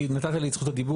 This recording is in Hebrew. כי נתת לי את זכות הדיבור.